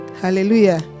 Hallelujah